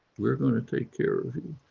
we're going to take care of you.